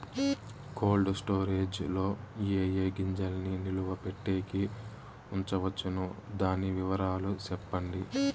Cold storage లో ఏ ఏ గింజల్ని నిలువ పెట్టేకి ఉంచవచ్చును? దాని వివరాలు సెప్పండి?